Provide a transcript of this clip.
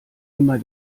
immer